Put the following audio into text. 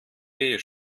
beige